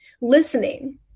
Listening